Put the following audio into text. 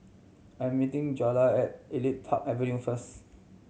I'm meeting Jana at Elite Park Avenue first